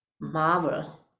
marvel